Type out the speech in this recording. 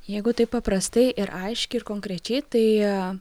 jeigu taip paprastai ir aiškiai ir konkrečiai tai